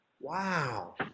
Wow